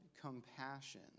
compassion